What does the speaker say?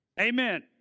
Amen